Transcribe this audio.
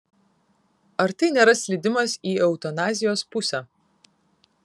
ar tai nėra slydimas į eutanazijos pusę